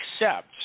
accept